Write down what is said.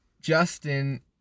Justin